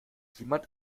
jemand